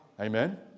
Amen